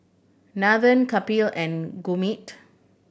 Nathan Kapil and Gurmeet